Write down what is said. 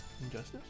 Injustice